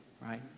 right